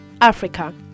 Africa